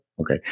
Okay